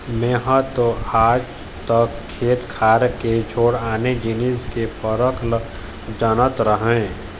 मेंहा तो आज तक खेत खार के छोड़ आने जिनिस के फरक ल जानत रहेंव